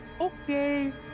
Okay